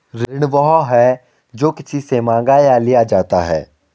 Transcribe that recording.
ऋण वह है, जो किसी से माँगा या लिया जाता है